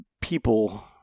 people